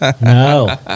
No